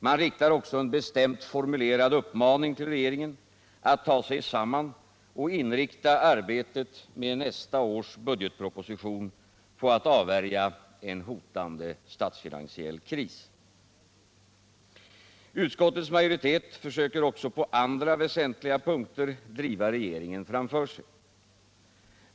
Man riktar också en bestämt formulerad uppmaning till regeringen att ta sig samman och inrikta arbetet med nästa års budgetproposition på att avvärja en hotande statsfinansiell kris. Utskottets majoritet försöker också på andra väsentliga punkter driva regeringen framför sig.